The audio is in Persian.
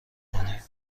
کنید